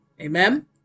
amen